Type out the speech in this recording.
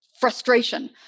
frustration